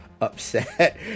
upset